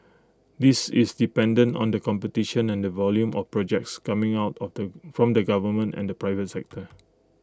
this is dependent on the competition and volume of projects coming out of the from the government and the private sector